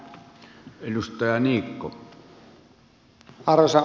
arvoisa puhemies